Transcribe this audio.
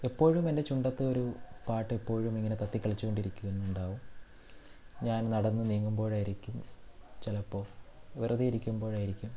എപ്പോഴും എൻ്റെ ചുണ്ടത്തൊരു പാട്ടെപ്പോഴും ഇങ്ങനെ തത്തിക്കളിച്ച് കൊണ്ടിരിക്കുന്നുണ്ടാകും ഞാൻ നടന്ന് നീങ്ങുമ്പോഴായിരിക്കും ചിലപ്പോൾ വെറുതെ ഇരിക്കുമ്പോഴായിരിക്കും